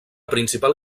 principal